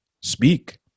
speak